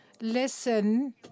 listen